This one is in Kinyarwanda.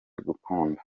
gukunda